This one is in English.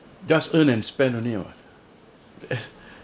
just earn and spend only [what] eh